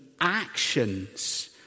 actions